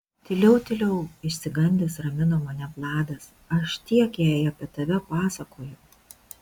tyliau tyliau išsigandęs ramino mane vladas aš tiek jai apie tave pasakojau